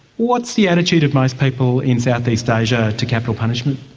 what's the attitude of most people in southeast asia to capital punishment?